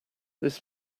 this